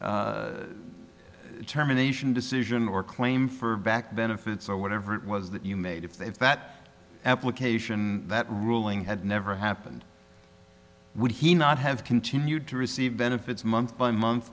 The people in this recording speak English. this terminations decision or claim for back benefits or whatever it was that you made if that application that ruling had never happened would he not have continued to receive benefits month by month